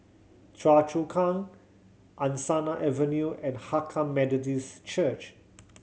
Choa Chu Kang Angsana Avenue and Hakka Methodist Church